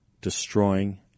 destroying